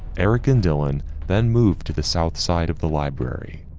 eric and dylan then moved to the south side of the library.